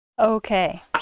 Okay